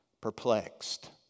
perplexed